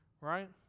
right